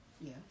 Yes